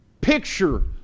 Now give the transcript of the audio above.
Picture